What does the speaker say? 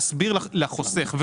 ולהסביר לחוסך,